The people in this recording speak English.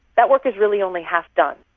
that work is really only half done,